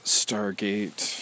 stargate